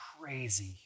crazy